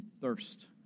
thirst